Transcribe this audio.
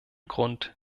grund